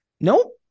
Nope